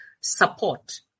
support